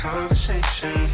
Conversation